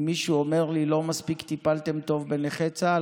אם מישהו אומר לי: לא טיפלתם מספיק טוב בנכי צה"ל,